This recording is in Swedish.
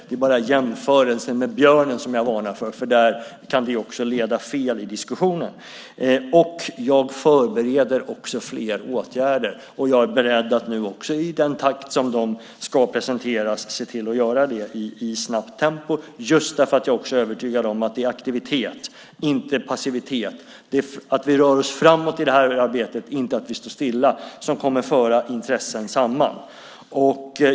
Det är bara jämförelsen med björnen som jag varnar för, därför att den kan leda fel i diskussionen. Jag förbereder också fler åtgärder, och jag är beredd att i den takt som de ska presenteras se till att göra det i snabbt tempo, just därför att jag är övertygad om att det är aktivitet, inte passivitet, att vi rör oss framåt i det här arbetet, inte står stilla, som kommer att föra intressen samman.